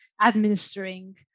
administering